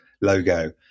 logo